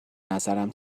نظرم